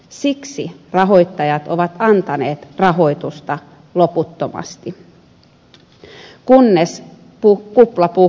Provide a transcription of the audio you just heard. siksi rahoittajat ovat antaneet rahoitusta loputtomasti kunnes kupla puhkesi